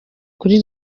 kuri